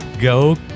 Go